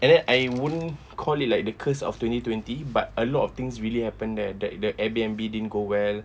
and then I wouldn't call it like the curse of twenty twenty but a lot of things really happen there like the airbnb didn't go well